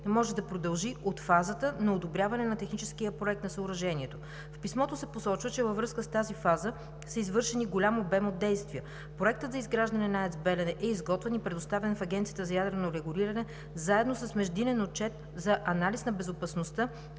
може да продължи от фазата на одобряване на техническия проект на съоръжението. В писмото се посочва, че във връзка с тази фаза са извършени голям обем от действия. Проектът за изграждане на АЕЦ „Белене“ е изготвен и предоставен в Агенцията за ядрено регулиране заедно с междинен отчет за анализ на безопасността